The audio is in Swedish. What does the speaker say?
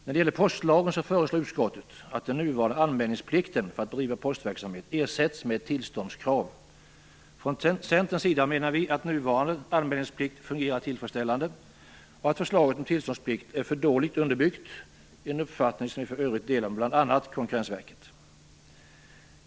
När det gäller postlagen föreslår utskottet att den nuvarande anmälningsplikten för att bedriva postverksamhet ersätts med ett tillståndskrav. Från Centerns sida menar vi att nuvarande anmälningsplikt fungerar tillfredsställande och att förslaget om tillståndsplikt är för dåligt underbyggt - en uppfattning som vi för övrigt delar med bl.a. Konkurrensverket.